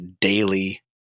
daily